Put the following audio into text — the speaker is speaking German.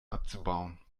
abzubauen